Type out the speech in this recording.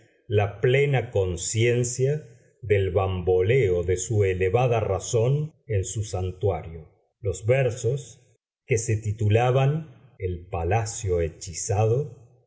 la plena conciencia del bamboleo de su elevada razón en su santuario los versos que se titulaban el palacio hechizado